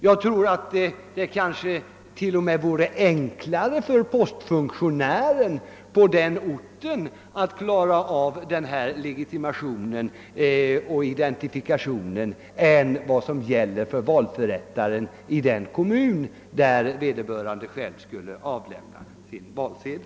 Jag tror att det t.o.m. kunde vara enklare för postfunktionären på den ort där personen i fråga vistas att klara av denna identifikation än det är för valförrättaren i den kommun där vederbörande själv skall avlämna sin valsedel.